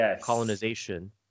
colonization